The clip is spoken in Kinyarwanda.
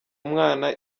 mwana